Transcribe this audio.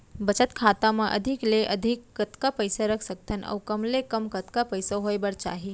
बचत खाता मा अधिक ले अधिक कतका पइसा रख सकथन अऊ कम ले कम कतका पइसा होय बर चाही?